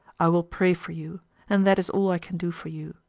i will pray for you and that is all i can do for you.